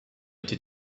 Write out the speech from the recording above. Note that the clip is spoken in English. did